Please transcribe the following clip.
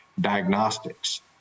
diagnostics